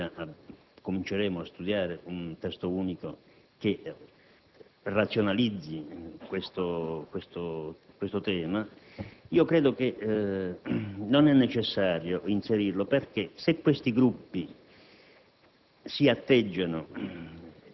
A parte il fatto che in Commissione antimafia cominceremo a studiare un testo unico che razionalizzi questo tema, credo che non sia necessario inserirlo, perché se questi Gruppi